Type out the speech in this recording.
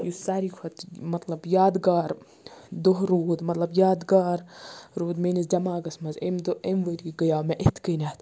یُس ساروی کھۄتہٕ مطلب یادگار دۄہ روٗد مطلب یادگار روٗد میٛٲنِس دٮ۪ماغس منٛز أمۍ دۄہ أمۍ ؤری گٔیو مےٚ یِتھ کٔنٮ۪تھ